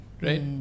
right